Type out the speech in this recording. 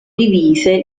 divise